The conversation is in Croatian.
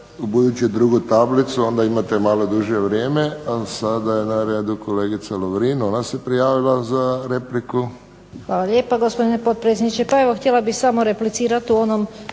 Ubuduće drugu tablicu, a onda imate malo duže vrijeme. Sada je na redu kolegica Lovirn, ona se prijavila za repliku. **Lovrin, Ana (HDZ)** Hvala lijepo gospodine potpredsjedniče. Pa evo htjela bih samo replicirati u onom